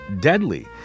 deadly